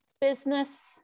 business